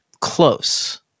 close